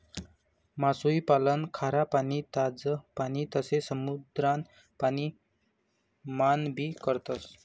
मासोई पालन खारा पाणी, ताज पाणी तसे समुद्रान पाणी मान भी करतस